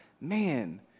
man